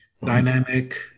dynamic